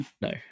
no